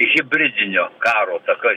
hibridinio karo ataka